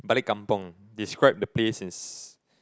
balik kampung describe the place is